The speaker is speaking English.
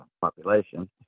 population